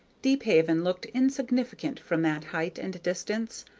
deephaven looked insignificant from that height and distance,